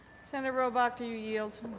senator robach, do you yield?